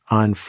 on